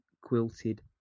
Quilted